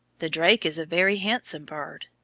the drake is a very handsome bird.